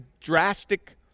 drastic